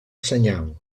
senyal